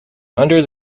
under